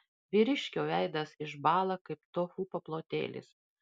vyriškio veidas išbąla kaip tofu paplotėlis